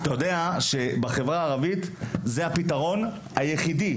אתה יודע שבחברה הערבית זה הפתרון היחידי,